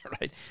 right